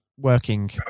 Working